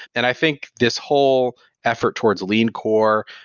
and i think this whole effort towards lean core,